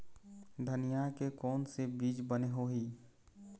धनिया के कोन से बीज बने होही?